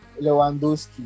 Lewandowski